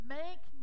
make